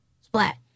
Splat